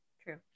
true